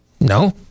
No